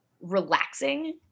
relaxing